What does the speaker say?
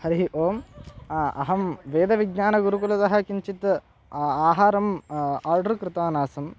हरिः ओम् अहं वेदविज्ञानगुरुकुलतः किञ्चित् आहारम् आर्डर् कृतवान् आसम्